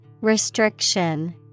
Restriction